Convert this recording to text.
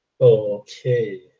Okay